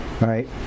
Right